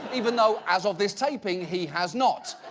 even though as of this taping, he has not.